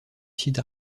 site